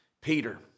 Peter